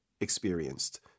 experienced